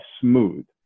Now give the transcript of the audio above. smooth